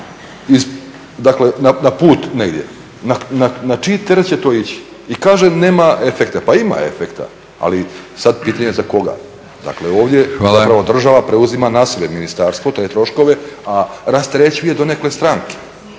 na put negdje. Na čiji teret će to ići? I kaže nema efekta? Pa ima efekta, ali sad pitanje za koga. Dakle, ovdje zapravo … …/Upadica Batinić: Hvala./… … država preuzima na sebe ministarstvo, te troškove, a rasterećuje donekle stranke.